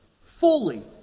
fully